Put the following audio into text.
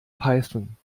python